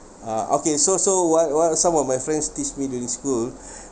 ah okay so so what what ah some of my friends teach me during school